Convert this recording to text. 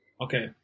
Okay